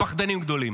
פחדנים גדולים.